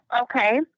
Okay